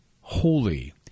holy